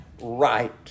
right